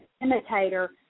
imitator